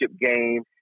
game